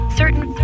certain